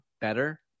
better